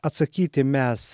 atsakyti mes